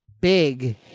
big